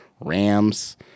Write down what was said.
Rams